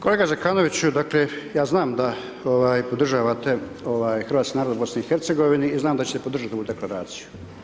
Kolega Zekanoviću, dakle, ja znam da, ovaj, podržavate hrvatski narod u BiH i znam da ćete podržati ovu Deklaraciju.